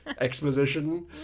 exposition